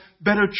better